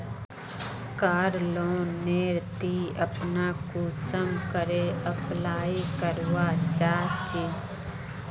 कार loan नेर ती अपना कुंसम करे अप्लाई करवा चाँ चची?